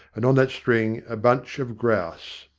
and on that string a bunch of grouse.